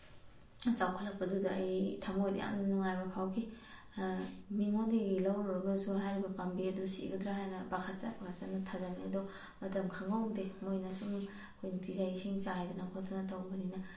ꯆꯥꯎꯈꯠꯂꯛꯄꯗꯨꯗ ꯑꯩ ꯊꯝꯃꯣꯏꯗ ꯌꯥꯝ ꯅꯨꯡꯉꯥꯏꯕ ꯐꯥꯎꯈꯤ ꯃꯤꯉꯣꯟꯗꯒꯤ ꯂꯧꯔꯨꯔꯒꯁꯨ ꯍꯥꯏꯔꯤꯕ ꯄꯥꯝꯕꯤ ꯑꯗꯨ ꯁꯤꯒꯗ꯭ꯔꯥ ꯍꯥꯏꯅ ꯄꯥꯈꯠꯆ ꯄꯥꯈꯠꯆꯅ ꯊꯥꯖꯕꯅꯦ ꯑꯗꯣ ꯃꯇꯝ ꯈꯪꯍꯧꯗꯦ ꯃꯣꯏꯅ ꯁꯨꯝ ꯑꯩꯈꯣꯏ ꯅꯨꯡꯇꯤꯖꯥꯒꯤ ꯏꯁꯤꯡ ꯆꯥꯏꯗꯅ ꯈꯣꯠꯇꯅ ꯇꯧꯕꯅꯤꯅ